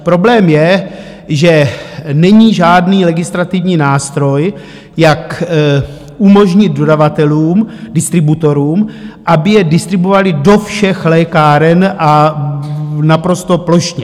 Problém je, že není žádný legislativní nástroj, jak umožnit dodavatelům, distributorům, aby je distribuovali do všech lékáren a naprosto plošně.